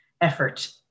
effort